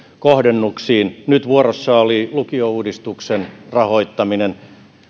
kohdennuksiin nyt vuorossa oli lukiouudistuksen rahoittaminen